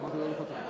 רבע שעה.